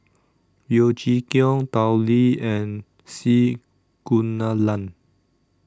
Yeo Chee Kiong Tao Li and C Kunalan